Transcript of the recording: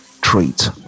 treat